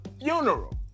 funeral